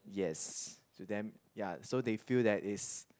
yes to them ya so they feel that it's